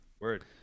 Word